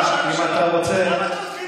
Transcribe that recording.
למה אתה מדבר,